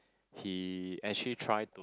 he actually try to